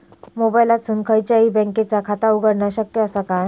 मोबाईलातसून खयच्याई बँकेचा खाता उघडणा शक्य असा काय?